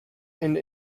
and